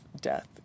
death